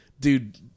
dude